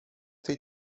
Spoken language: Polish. tej